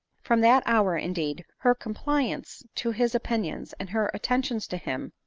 from that hour, indeed her complai sance to his opinions, and her attentions to him,